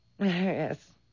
Yes